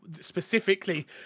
specifically